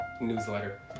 newsletter